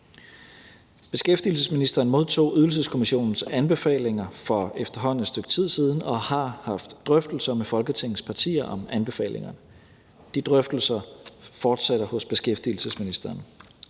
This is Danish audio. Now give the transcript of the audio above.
Beskæftigelsesministeren modtog Ydelseskommissionens anbefalinger for efterhånden et stykke tid siden og har haft drøftelser med Folketingets partier om anbefalingerne. De drøftelser fortsætter hos beskæftigelsesministeren.